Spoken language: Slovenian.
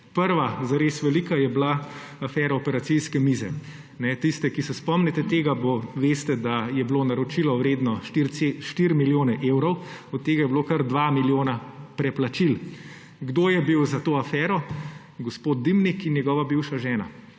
Prva zares velika je bila afera operacijske mize. Tisti, ki se spomnite tega, veste, da je bilo naročilo vredno 4 milijone evrov, od tega je bilo kar 2 milijona preplačil. Kdo je bil za to afero? Gospod Dimnik in njegova bivša žena.